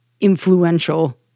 influential